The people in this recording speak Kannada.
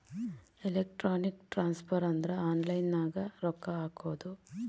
ಎಲೆಕ್ಟ್ರಾನಿಕ್ ಟ್ರಾನ್ಸ್ಫರ್ ಅಂದ್ರ ಆನ್ಲೈನ್ ದಾಗ ರೊಕ್ಕ ಹಾಕೋದು